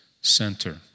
center